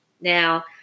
Now